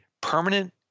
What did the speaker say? permanent